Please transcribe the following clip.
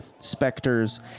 specters